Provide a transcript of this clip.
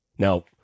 Now